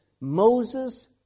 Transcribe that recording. Moses